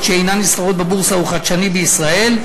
שאינן נסחרות בבורסה הוא חדשני בישראל,